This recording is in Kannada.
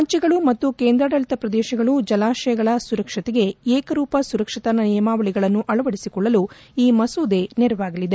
ರಾಜ್ಯಗಳು ಮತ್ತು ಕೇಂದ್ರಾಡಳಿತ ಪ್ರದೇಶಗಳು ಜಲಾಶಯಗಳ ಸುರಕ್ಷತೆಗೆ ಏಕರೂಪ ಸುರಕ್ಷತಾ ನಿಯಮಾವಳಿಗಳನ್ನು ಅಳವಡಿಸಿಕೊಳ್ಳಲು ಈ ಮಸೂದೆ ನೆರವಾಗಲಿದೆ